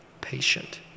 patient